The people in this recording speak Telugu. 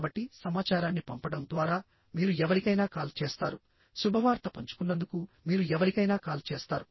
కాబట్టి సమాచారాన్ని పంపడం ద్వారా మీరు ఎవరికైనా కాల్ చేస్తారు శుభవార్త పంచుకున్నందుకు మీరు ఎవరికైనా కాల్ చేస్తారు